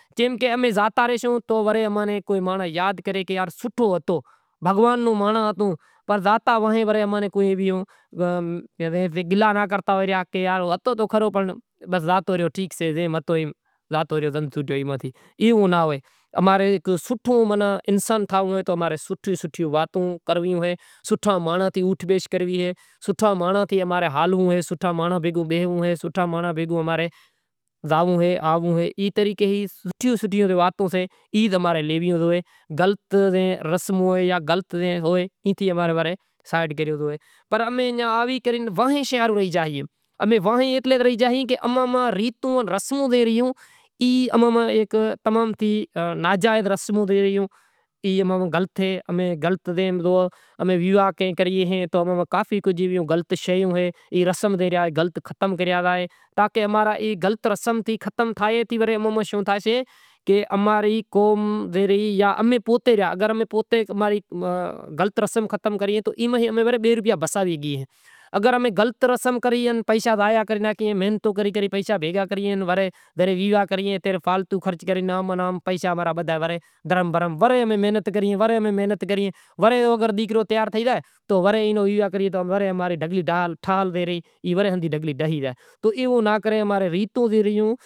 چم کہ امیں زاتا راہسوں تو اماں نیں مانڑو یاد کریں کہ یار سوٹھو ہتو بھگوان نو مانڑاں ہتو پر گلا ناں کرتا ہوئیں۔ ماں رے زندگی ماں ہارو کام لیئے ماناں آگر ودھے اینے حوالے تھیں بدہاں نیں خبر پڑے کہ دکھائی ماں تھے تو سوٹھے نمونے وات کری کہ زے ماں را گھر پریوار ماں کو بھنڑیل ہتو نتھی۔ امیں کو بھنڑیل ناں ہتا تو ای خبر نتھی کہ بھنڑیل شوں ہوندا انڑبھنڑل شوں ہوندا ننکا ہتا اماں نے کا خبر نتھی پر زے ہوندے تھیں امارو شروع تھیں سوکراں ناں امیں بھنڑایا تو ہوں بھی ایئاں بھیرو بھیرو بھنڑواں گیو تو اونجاں تو میں اسکول میں داخلا لیدہی تو اماں ری زندگی ماں شروعات تھی بارہاں مہینڑاں میں ہوں ہنبھرائوں رو تو ماں رو ٹیچر ہتو جاں گرو ہتو تو شروعات ماں ای پہریاں میں داخلا لیدہی تو ای ٹیم نوی نوی اسکول میں